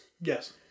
Yes